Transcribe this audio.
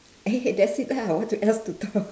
eh that's it lah what else to talk